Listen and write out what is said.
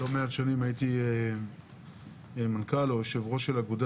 לא מעט שנים הייתי מנכ"ל או יו"ר של אגודה